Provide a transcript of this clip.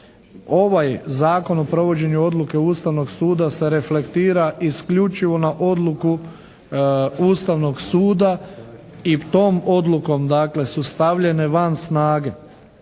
Ovaj zakon o provođenju odluke Ustavnog suda se reflektira isključivo na odluku Ustavnog suda i tom Odlukom dakle su stavljene van snage